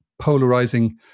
polarizing